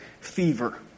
fever